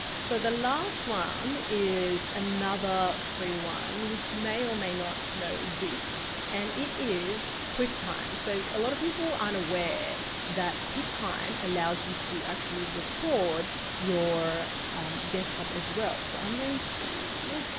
so the last one is another free one, which you may or may not know exists and it is quicktime. so a lot of people aren't aware that quicktime allows you to actually record your desktop as well. so i'm going to